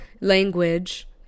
language